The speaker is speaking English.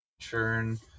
turn